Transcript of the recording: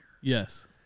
Yes